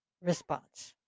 response